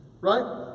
right